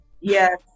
Yes